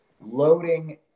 loading